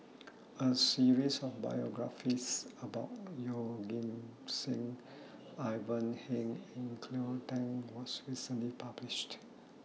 A series of biographies about Yeoh Ghim Seng Ivan Heng and Cleo Thang was recently published